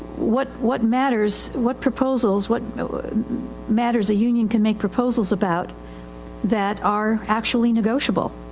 what, what matters, what proposals, what matters a union can make proposals about that are actually negotiable.